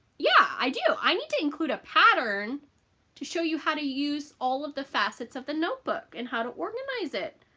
yeah. i do i need to include a pattern to show you how to use all of the facets of the notebook and how to organize it.